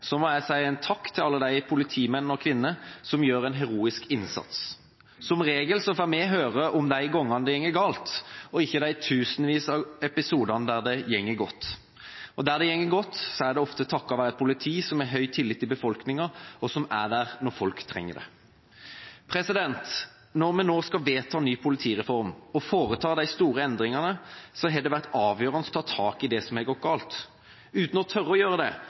Så i dag, når vi behandler ny politireform, må jeg si takk til alle de politimenn og -kvinner som gjør en heroisk innsats. Som regel får vi høre om de gangene det går galt, og ikke de tusenvis av episodene der det går godt. Der det går godt, er det ofte takket være et politi som har høy tillit i befolkningen, og som er der når folk trenger det. Når vi nå skal vedta ny politireform og foreta de store endringene, har det vært avgjørende å ta tak i det som har gått galt. Uten å tørre å gjøre det